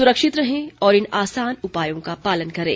सुरक्षित रहें और इन आसान उपायों का पालन करें